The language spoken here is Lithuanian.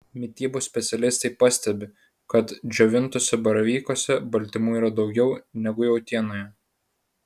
mitybos specialistai pastebi kad džiovintuose baravykuose baltymų yra daugiau negu jautienoje